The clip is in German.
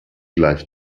gleich